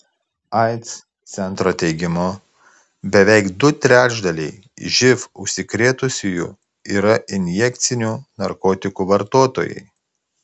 aids centro teigimu beveik du trečdaliai živ užsikrėtusiųjų yra injekcinių narkotikų vartotojai